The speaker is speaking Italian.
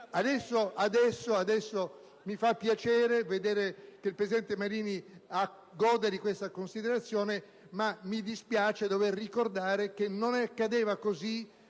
PdL).* Mi fa piacere vedere che adesso il presidente Marini gode di questa considerazione, ma mi dispiace dover ricordare che ciò non accadeva nella